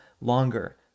longer